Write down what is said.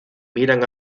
miran